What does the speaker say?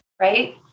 right